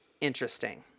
interesting